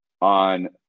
on